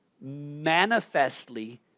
manifestly